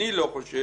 אני לא חושב